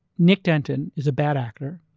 nick denton is a bad actor.